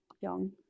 young